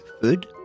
food